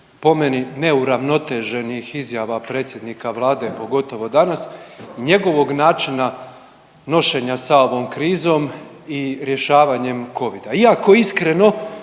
po meni neuravnoteženih izjava predsjednika vlade, pogotovo danas i njegovog načina nošenja sa ovom krizom i rješavanjem covida